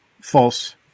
false